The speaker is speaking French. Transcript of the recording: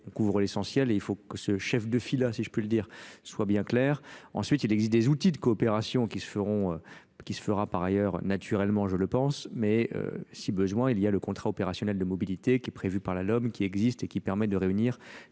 on couvre l'essentiel et il faut que ce chef de file si je puis le dire soit bien clair ensuite il existe des outils de coopération feront qui se fera par ailleurs naturellement je le pense mais si besoin, il y a le contrat opérationnel de mobilité qui est prévu par la Lomi existe et qui permet de réunir